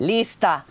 Lista